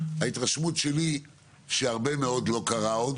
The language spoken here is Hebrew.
ההתרשמות שלי היא שהרבה מאוד לא קרה עוד